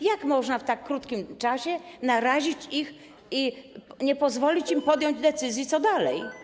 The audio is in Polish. Jak można w tak krótkim czasie narazić ich, nie pozwolić im podjąć decyzji, co dalej?